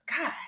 God